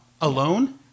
Alone